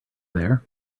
there